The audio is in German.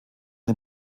den